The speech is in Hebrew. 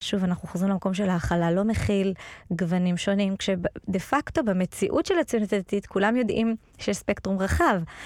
שוב אנחנו חוזרים למקום של ההכלה: לא מכיל גוונים שונים, כשדה פקטו במציאות של הציונות הדתית כולם יודעים שיש ספקטרום רחב.